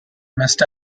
missed